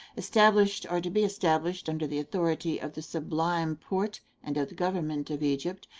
established or to be established under the authority of the sublime porte and of the government of egypt,